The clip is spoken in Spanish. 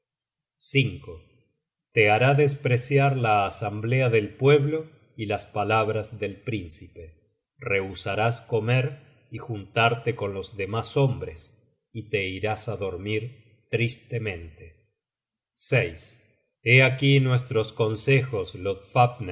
seno te hará despreciar la asamblea del pueblo y las palabras del príncipe rehusarás comer y juntarte con los demas nombres y te irás á dormir tristemente hé aquí nuestros consejos